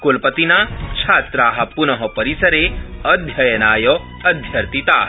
कुलपतिना छात्रा प्न परिसरे अध्ययनाय अध्यर्थिता